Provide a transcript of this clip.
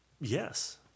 yes